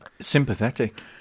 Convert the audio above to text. Sympathetic